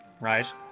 right